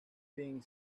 being